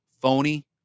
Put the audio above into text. phony